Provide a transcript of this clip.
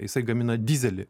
jisai gamina dyzelį